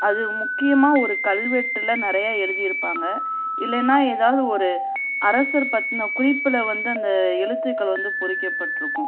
அது முக்கியமாக ஒரு கல்வெட்டில் நிறையா எழுதிருப்பாங்க இல்லேன்னால் ஏதாவது ஒரு அரசர் பற்றின குறிப்பில் வந்து அந்த எழுத்துக்கள் வந்து பொறிக்கப்பட்டிருக்கும்